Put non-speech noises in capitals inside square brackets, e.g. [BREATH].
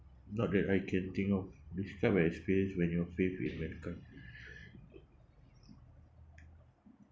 not that I can think of describe an experience when your faith in mankind [BREATH]